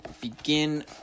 begin